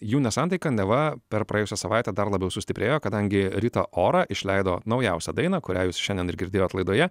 jų nesantaika neva per praėjusią savaitę dar labiau sustiprėjo kadangi rita ora išleido naujausią dainą kurią jūs šiandien ir girdėjot laidoje